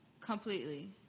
Completely